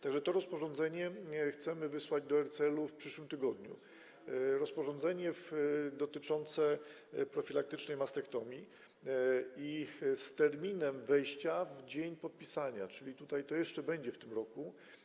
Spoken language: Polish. Tak że to rozporządzenie chcemy wysłać do RCL w tym tygodniu, rozporządzenie dotyczące profilaktycznej mastektomii, z terminem wejścia w życie z dniem podpisania, czyli to jeszcze będzie w tym roku.